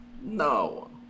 No